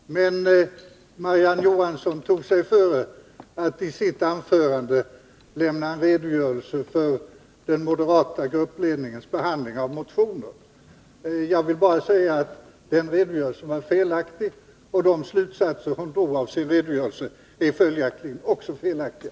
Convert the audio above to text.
Herr talman! Jag skall inte lägga mig i sakfrågan, men Marie-Ann Johansson tog sig före att i sitt anförande lämna en redogörelse för den moderata gruppledningens behandling av motioner, och jag vill bara säga att den redogörelsen var felaktig. De slutsatser hon drog av sin redogörelse är följaktligen också felaktiga.